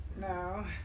No